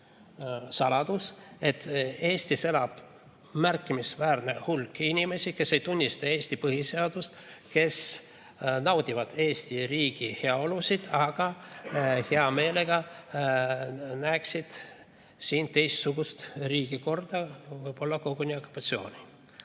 saladus, et Eestis elab märkimisväärne hulk inimesi, kes ei tunnista Eesti põhiseadust, kes naudivad Eesti riigis heaolu, aga hea meelega näeksid siin teistsugust riigikorda, võib-olla koguni okupatsiooni.